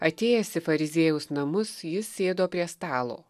atėjęs į fariziejaus namus jis sėdo prie stalo